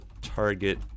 target